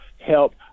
help